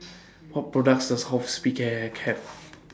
What products Does Hospicare Have